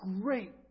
great